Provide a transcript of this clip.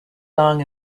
long